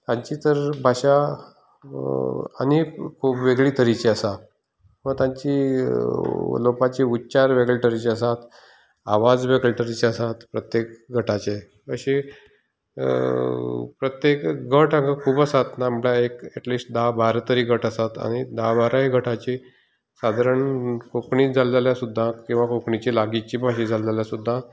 ताची तर भाशा आनीक खूब वेगळे तरेची आसा किंवा तांचे उलोवपाचे उच्चार वेगळे तरेचे आसात आवाज वेगळे तरेचे आसात प्रत्येक गटाचे अशे प्रत्येक गट हांगा खूब आसात ना म्हणल्यार एक एटलीस्ट धा बारा तरी गट आसात आनी धा बारा गटाचे सादारण कोंकणी जाल जाल्यार सुद्दां किंवा कोंकणीची लागींची भास जाल जाल्यार सुद्दां